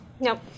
Nope